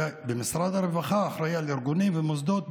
ומשרד הרווחה אחראי לארגונים ומוסדות,